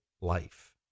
life